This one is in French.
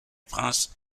prince